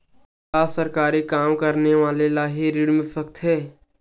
का सरकारी काम करने वाले ल हि ऋण मिल सकथे?